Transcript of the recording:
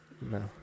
No